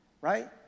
right